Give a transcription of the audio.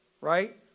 right